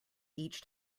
each